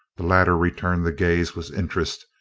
the latter returned the gaze with interest,